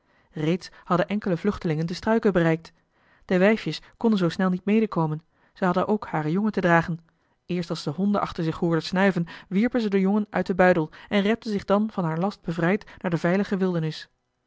reeds hadden enkele vluchtelingen de struiken bereikt de wijfjes konden zoo snel niet medekomen zij hadden ook hare jongen te dragen eerst als ze honden achter zich hoorden snuiven wierpen ze de jongen uit den buidel en repten zich dan van haar last bevrijd naar de veilige wildernis